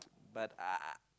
but uh